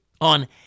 on